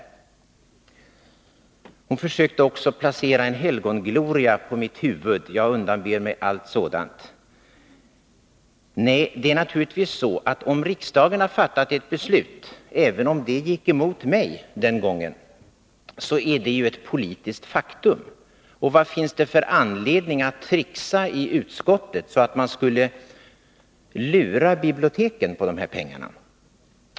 Vidare försöker Catarina Rönnung placera en helgongloria på mitt huvud, men jag undanber mig allt i den vägen. Nej, det är naturligtvis så att om riksdagen har fattat ett beslut — även om detta gick emot mig den gången — är det ett politiskt faktum. Vad finns det för anledning att tricksa i utskottet så att man lurar biblioteken på de aktuella pengarna?